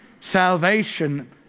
Salvation